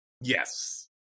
yes